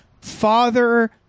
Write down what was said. father